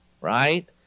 right